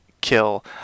kill